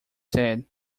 said